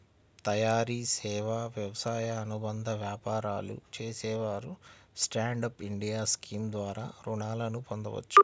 తయారీ, సేవా, వ్యవసాయ అనుబంధ వ్యాపారాలు చేసేవారు స్టాండ్ అప్ ఇండియా స్కీమ్ ద్వారా రుణాలను పొందవచ్చు